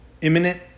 imminent